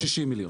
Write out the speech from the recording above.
360 מיליון.